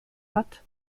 hat